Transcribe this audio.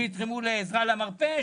שיתרמו ל"עזרה למרפא",